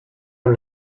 amb